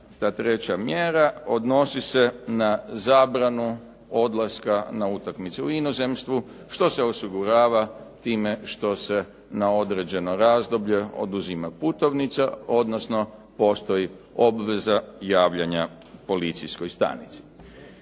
ta treća mjera odnosni se na zabranu odlaska na utakmicu u inozemstvu, što se osigurava time što se na određeno razdoblje oduzima putovnica, odnosno postoji obveza javljanja policijskoj stanici.